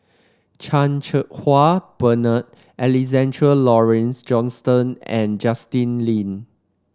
Chan Cheng Wah Bernard Alexander Laurie Johnston and Justin Lean